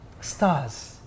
stars